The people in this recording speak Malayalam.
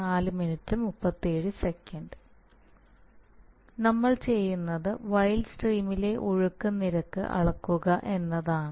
നമ്മൾ ചെയ്യുന്നത് വൈൽഡ് സ്ട്രീമിലെ ഒഴുക്ക് നിരക്ക് അളക്കുക എന്നാണ്